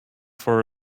for